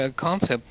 concept